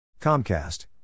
Comcast